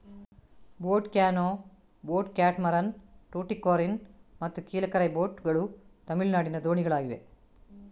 boat canoe, boat catamaran, Tuticorin ಮತ್ತು Kilakarai boat ಗಳು ತಮಿಳುನಾಡಿನ ದೋಣಿಗಳಾಗಿವೆ